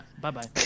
Bye-bye